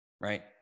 right